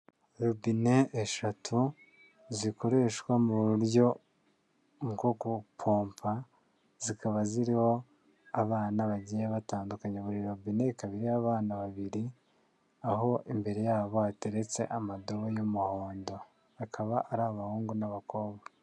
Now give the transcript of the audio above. Robine eshatu zikoreshwa mu buryo bwo gupompa, zikaba ziriho abana bagiye batandukanye, buri robine ikaba iriho abana babiri, aho imbere yabo hateretse amadobo y'umuhondo akaba ari abahungu n'abakobwa.